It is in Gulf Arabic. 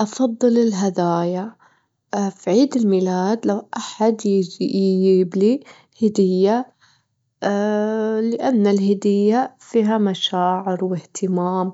أفضل الهدايا، في عيد الميلاد لو أحد يجيب- يجيب لي هدية لأن الهدية فيها مشاعر واهتمام